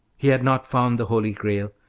he had not found the holy grail,